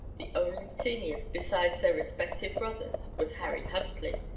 the only senior, besides their respective brothers, was harry huntley.